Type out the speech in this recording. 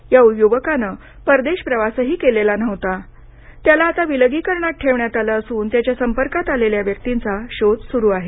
या युवकानं परदेश प्रवासही केलेला नव्हता त्याला आता विलगीकरणात ठेवण्यात आलं असून त्याच्या संपर्कात आलेल्या व्यक्तींचा शोध सुरू आहे